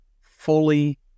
fully